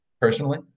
personally